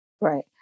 Right